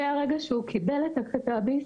מרגע שהוא קיבל את הקנביס,